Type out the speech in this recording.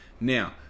Now